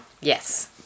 Yes